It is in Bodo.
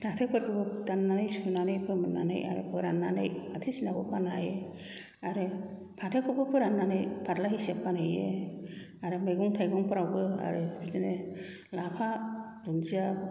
फाथोफोरखौबो दाननानै सुनानै फोमोननानै आरो फोराननानै फाथोसिनाखौ फाननो हायो आरो पाथोखौबो फोराननानै फारला हिसाबै फानहैयो आरो मैगं थाइगंफोराबो आरो बिदिनो लाफा दुन्दिया